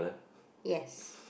yes